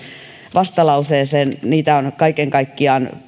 vastalauseeseen niitä on kaiken kaikkiaan